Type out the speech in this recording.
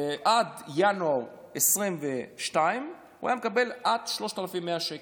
עד ינואר 2022 הוא היה מקבל עד 3,100 שקל,